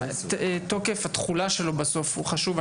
תוקף התחולה שלו בסוף הוא חשוב.